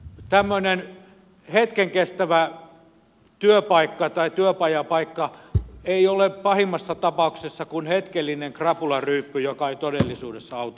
tämmöinen hetken kestävä työpaikka tai työpajapaikka ei ole pahimmassa tapauksessa kuin het kellinen krapularyyppy joka ei todellisuudessa auta mitään